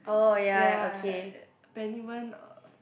ya Peniwern